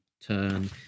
turn